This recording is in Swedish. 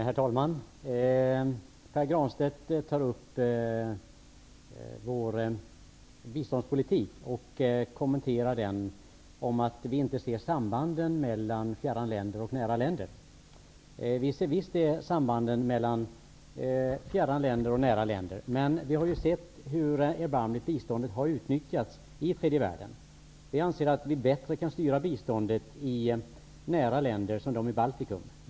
Herr talman! Pär Granstedt tar upp frågan om vår biståndspolitik. Hans kommentar är att vi inte ser sambanden mellan fjärran länder och näraliggande länder. Vi ser visst sambanden mellan fjärran länder och näraliggande länder. Men vi har sett hur erbarmligt biståndet har utnyttjats i tredje världen. Vi anser att biståndet kan styras bättre i näraliggande länder, såsom länderna i Baltikum.